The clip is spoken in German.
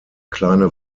kleine